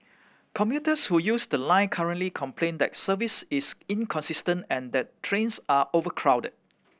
commuters who use the line currently complain that service is inconsistent and that trains are overcrowded